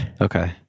Okay